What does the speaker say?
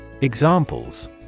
Examples